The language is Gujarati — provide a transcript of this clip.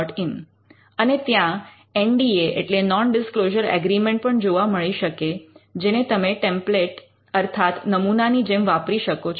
in અને ત્યાં એન ડી એ એટલે નૉન ડિસ્ક્લોઝર અગ્રિમેંટ પણ જોવા મળી શકે જેને તમે ટેમ્પ્લેટ અર્થાત નમૂનાની જેમ વાપરી શકો છો